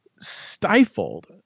stifled